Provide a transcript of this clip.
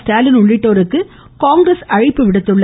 ஸ்டாலின் உள்ளிட்டோருக்கு காங்கிரஸ் அழைப்பு விடுத்துள்ளது